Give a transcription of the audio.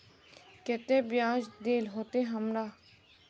केते बियाज देल होते हमरा?